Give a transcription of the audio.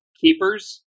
keepers